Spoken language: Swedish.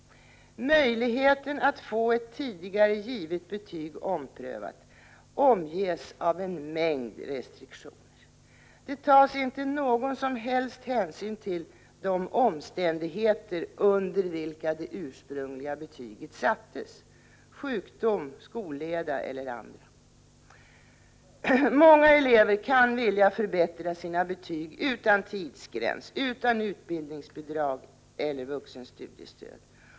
Möjligheten att få ett tidigare givet betyg omprövat omges av en mängd restriktioner. Det tas inte någon som helst hänsyn till de omständigheter under vilka det ursprungliga betyget sattes — sjukdom, skolleda eller annat. Många elever kan vilja förbättra sina betyg utan tidsgräns, utbildningsbidrag eller vuxenstudiestöd.